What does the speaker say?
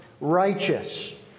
righteous